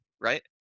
right